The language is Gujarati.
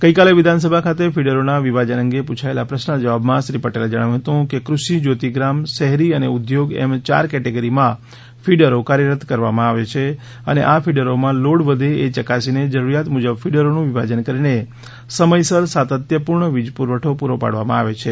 ગઈકાલે વિધાનસભા ખાતે ફિડરોના વિભાજન અંગે પુછાયેલા પ્રશ્નના જવાબમાં શ્રી પટેલે જણાવ્યું હતું કે કૃષિ શ્યોતિગ્રામ શહેરી અને ઉદ્યોગ એમ ચાર કેટેગરીમાં ફિડરો કાર્યરત કરવામાં આવે છે અને આ ફિડરોમાં લોડ વધે એ યકાસીને જરૂરિયાત મુજબ ફિડરોનું વિભાજન કરીને સમયસર સાતત્યપૂર્ણ વીજપુરવઠો પૂરો પાડવામાં આવે છે